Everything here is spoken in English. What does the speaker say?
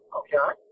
okay